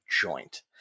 joint